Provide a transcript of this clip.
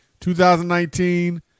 2019